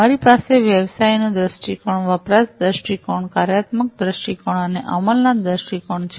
અમારી પાસે વ્યવસાયનો દૃષ્ટિકોણ વપરાશ દૃષ્ટિકોણ કાર્યાત્મક દૃષ્ટિકોણ અને અમલના દૃષ્ટિકોણ છે